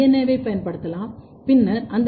ஏவைப் பயன்படுத்தலாம் பின்னர் அந்த டி